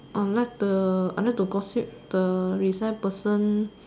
or like the like to gossip the resign person